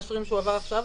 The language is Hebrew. מאשרים שהוא עבר הכשרה,